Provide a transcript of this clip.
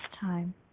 time